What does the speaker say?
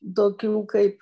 tokių kaip